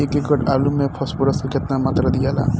एक एकड़ आलू मे फास्फोरस के केतना मात्रा दियाला?